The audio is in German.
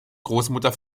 großmutter